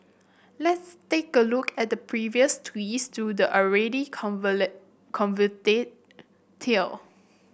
let's take a look at the previous twists to the already convoluted tale